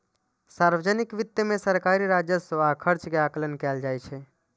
सार्वजनिक वित्त मे सरकारी राजस्व आ खर्च के आकलन कैल जाइ छै